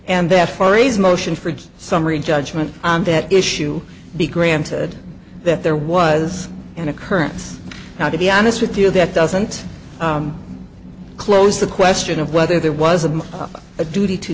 and that phrase motion for summary judgment on that issue be granted that there was an occurrence now to be honest with you that doesn't close the question of whether there was a a duty to